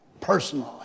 personally